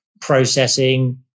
processing